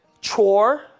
chore